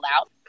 out